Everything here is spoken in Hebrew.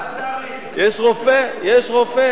יש רופא, יש רופא, הכול בסדר.